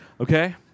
Okay